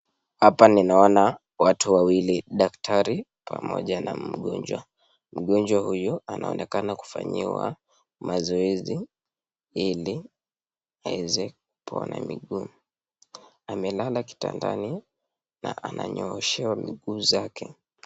Hapa ninaona watu wawili, daktari pamoja na mgonjwa, mgonjwa huyu anaonekana kufanyiwa mazoezi ili aweze kupona miguu, amelala kitandani na ananyooshewa miguu zake.